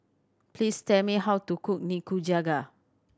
please tell me how to cook Nikujaga